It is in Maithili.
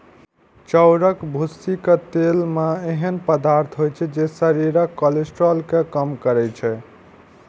चाउरक भूसीक तेल मे एहन पदार्थ होइ छै, जे शरीरक कोलेस्ट्रॉल कें कम करै छै